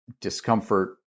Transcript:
discomfort